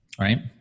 right